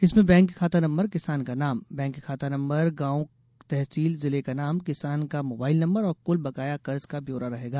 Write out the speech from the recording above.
इसमें बैंक खाता नंबर किसान का नाम बैंक खाता नंबर गॉव तहसील जिले का नाम किसान का मोबाइल नंबर और कल बकाया कर्ज का ब्यौरा रहेगा